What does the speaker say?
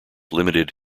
limited